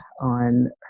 on